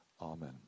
Amen